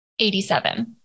87